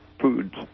foods